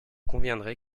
conviendrez